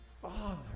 Father